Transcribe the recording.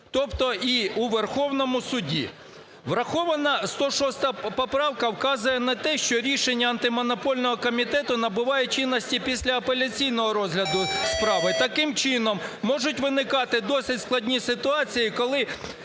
тобто і у Верховному Суді. Врахована 106 поправка вказує на те, що рішення Антимонопольного комітету набуває чинності після апеляційного розгляду справи. Таким чином, можуть виникати досить складні ситуації, коли